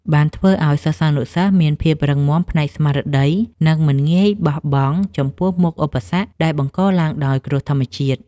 បានធ្វើឱ្យសិស្សានុសិស្សមានភាពរឹងមាំផ្នែកស្មារតី និងមិនងាយបោះបង់ចំពោះមុខឧបសគ្គដែលបង្កឡើងដោយគ្រោះធម្មជាតិ។